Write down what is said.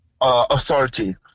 authority